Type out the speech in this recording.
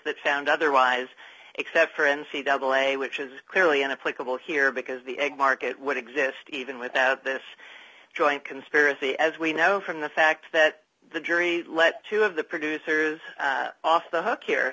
that found otherwise except for n c double a which is clearly an appreciable here because the egg market would exist even without this joint conspiracy as we know from the fact that the jury let two of the producers off the hook here